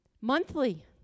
Monthly